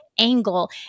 angle